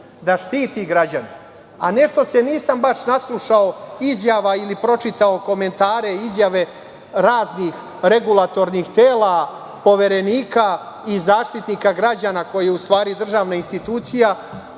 da štiti građane, a nešto se nisam baš naslušao izjava ili pročitao komentare izjave raznih regulatornih tela, Poverenika i Zaštitnika građana, koji je u stvari državna institucija,